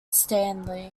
stanley